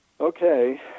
Okay